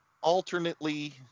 Alternately